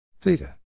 theta